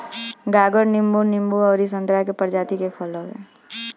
गागर नींबू, नींबू अउरी संतरा के प्रजाति के फल हवे